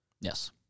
Yes